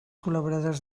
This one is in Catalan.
col·laboradors